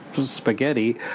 spaghetti